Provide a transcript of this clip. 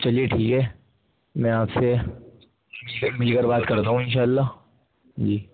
چلیے ٹھیک ہے میں آپ سے مل کر بات کر رہا ہوں ان شاء اللہ جی